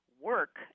work